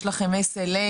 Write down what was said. יש לכם SLA?